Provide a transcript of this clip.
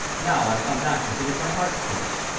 now i've come back to finish my arts course.